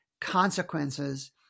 consequences